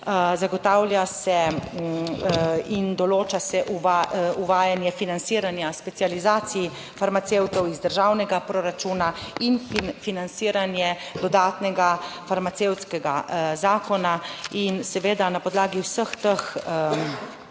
zagotavlja se in določa se uvajanje financiranja specializacij farmacevtov iz državnega proračuna in financiranje dodatnega farmacevtskega zakona. In seveda na podlagi vseh teh